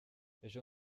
ejo